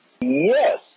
Yes